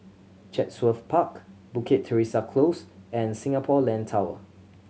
Chatsworth Park Bukit Teresa Close and Singapore Land Tower